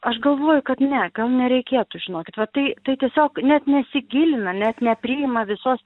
aš galvoju kad ne gal nereikėtų žinokit va tai tai tiesiog net nesigilina net nepriima visos